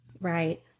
Right